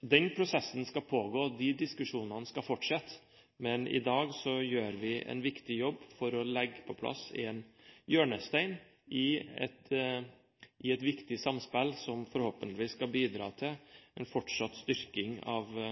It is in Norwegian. Den prosessen skal pågå, de diskusjonene skal fortsette, men i dag gjør vi en viktig jobb for å legge på plass en hjørnestein i et viktig samspill som forhåpentligvis skal bidra til en fortsatt styrking av